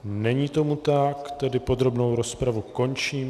Není tomu tak, tedy podrobnou rozpravu končím.